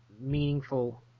meaningful